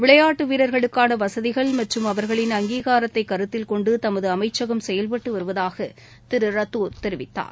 விளையாட்டு வீரர்களுக்கான வசதிகள் மற்றும் அவர்களின் அங்கீகாரத்தை கருத்தில் கொண்டு தமது அமைச்சகம் செயல்பட்டு வருவதாக திரு ரத்தோர் தெரிவித்தார்